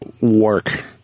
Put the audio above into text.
work